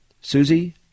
Susie